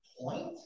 point